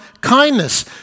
kindness